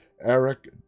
Eric